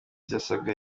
zirasabwa